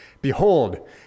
Behold